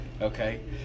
okay